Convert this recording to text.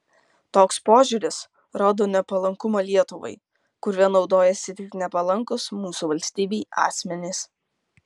toks požiūris rodo nepalankumą lietuvai kuriuo naudojasi tik nepalankūs mūsų valstybei asmenys